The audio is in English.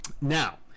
Now